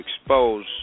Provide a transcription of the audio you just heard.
expose